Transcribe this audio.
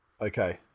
Okay